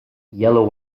yellow